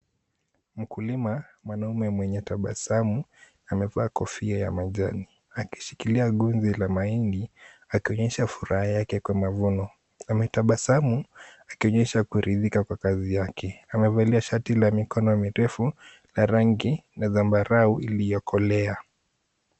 Mkulima mwanaume mwenye tabasamu amevaa kofia ya majani, akishikilia ngunzi la mahindi akionyesha furaha yake kwa mavuno. Ametabasamu akionyesha kuridhika kwa kazi yake. Amevalia shati la mikono mirefu la rangi la zambarau iliyokolea.